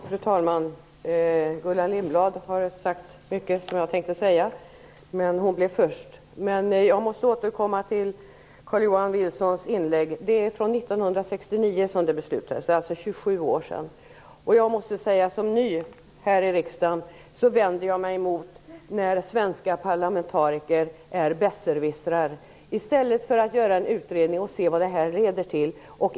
Fru talman! Gullan Lindblad har redan sagt mycket som jag tänkte säga, men jag måste få återkomma till Carl-Johan Wilsons inlägg. Beslutet fattades 1969. Det är alltså 27 år sedan. Som ny här i riksdagen vänder jag mig mot när svenska parlamentariker är besserwissrar i stället för att göra en utredning och se vad den leder till.